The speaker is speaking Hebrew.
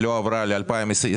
ולא עברה ל-2023,